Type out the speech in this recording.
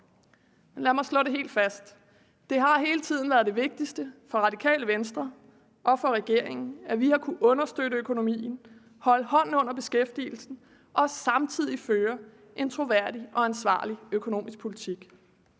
Lad mig slå det helt fast: Det har hele tiden været det vigtigste for Radikale Venstre og for regeringen, at vi har kunnet understøtte økonomien, holde hånden under beskæftigelsen og samtidig føre en troværdig og ansvarlig økonomisk politik.